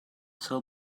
tell